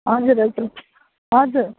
हजुर हजुर हजुर